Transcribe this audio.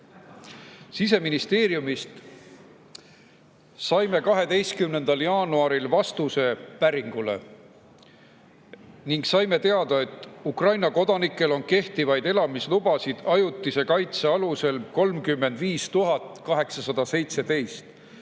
Siseministeeriumist saime 12. jaanuaril vastuse päringule ning saime teada, et Ukraina kodanikel on kehtivaid elamislubasid ajutise kaitse alusel 35 817.